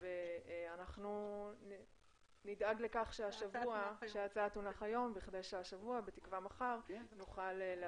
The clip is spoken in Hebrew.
אנחנו נדאג לכך שההצעה תונח היום כדי שהשבוע,